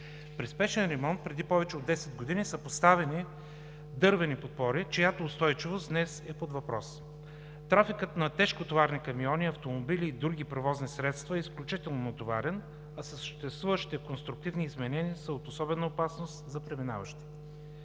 При спешен ремонт преди повече от 10 г. са поставени дървени подпори, чиято устойчивост днес е под въпрос. Трафикът на тежкотоварни камиони, автомобили и други превозни средства е изключително натоварен, а съществуващите конструктивни изменения са от особена опасност за преминаващите.